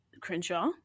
Crenshaw